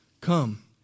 Come